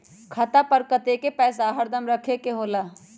खाता पर कतेक पैसा हरदम रखखे के होला?